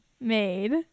made